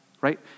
right